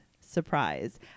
surprise